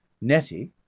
Nettie